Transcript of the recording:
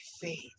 faith